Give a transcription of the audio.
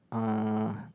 uh